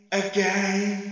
again